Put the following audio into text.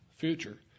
future